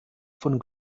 von